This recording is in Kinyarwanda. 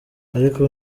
ariko